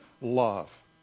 love